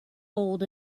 old